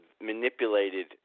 manipulated